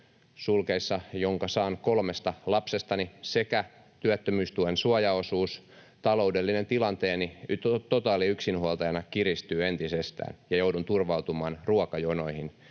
(jonka saan kolmesta lapsestani) sekä työttömyystuen suojaosuus. Taloudellinen tilanteeni totaaliyksinhuoltajana kiristyy entisestään ja joudun turvautumaan ruokajonoihin,